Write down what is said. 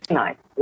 nice